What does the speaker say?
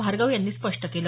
भार्गव यांनी स्पष्ट केलं